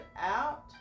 out